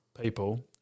people